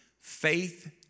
faith